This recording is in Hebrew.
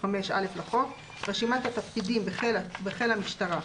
5א לחוק רשימת התפקידים בחיל המשטרה הצבאית,